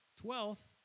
Twelfth